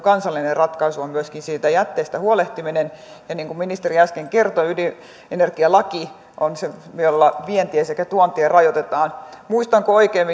kansallinen ratkaisu on myöskin siitä jätteestä huolehtiminen ja niin kuin ministeri äsken kertoi ydinenergialaki on se jolla vientiä sekä tuontia rajoitetaan muistanko oikein